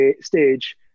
stage